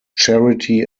charity